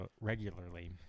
regularly